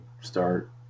start